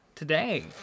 today